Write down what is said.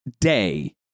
day